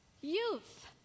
Youth